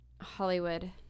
Hollywood